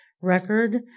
record